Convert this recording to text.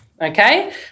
Okay